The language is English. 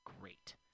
great